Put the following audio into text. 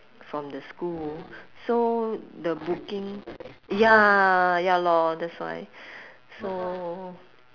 from the school so the booking ya ya lor that's why so